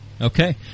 Okay